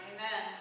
Amen